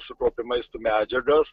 sukaupia maisto medžiagas